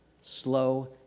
Slow